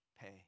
pay